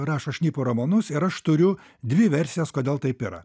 rašo šnipo romanus ir aš turiu dvi versijas kodėl taip yra